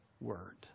word